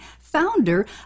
founder